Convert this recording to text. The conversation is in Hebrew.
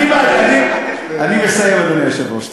אני מסיים, אדוני היושב-ראש.